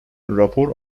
rapor